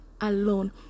alone